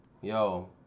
Yo